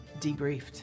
debriefed